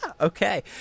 Okay